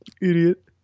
idiot